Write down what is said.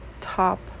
top